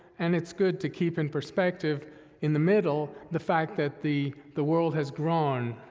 and it's good to keep in perspective in the middle the fact that the, the world has grown,